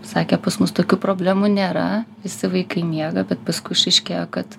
sakė pas mus tokių problemų nėra visi vaikai miega bet paskui išaiškėjo kad